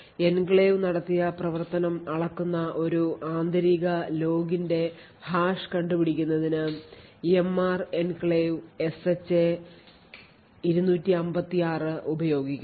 enclave നടത്തിയ പ്രവർത്തനം അളക്കുന്ന ഒരു ആന്തരിക ലോഗിന്റെ ഹാഷ് കണ്ടുപിടിക്കുന്നതിനു MRENCLAVE SHA 256 ഉപയോഗിക്കുന്നു